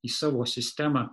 į savo sistemą